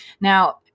Now